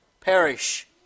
perish